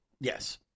Yes